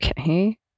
okay